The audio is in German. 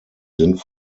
sind